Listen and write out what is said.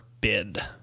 bid